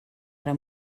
ara